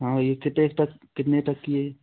हाँ यह कितने तक कितने तक की है यह